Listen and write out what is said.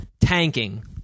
Tanking